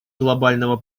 глобального